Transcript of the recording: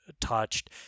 Touched